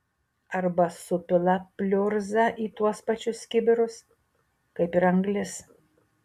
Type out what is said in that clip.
arba supila pliurzą į tuos pačius kibirus kaip ir anglis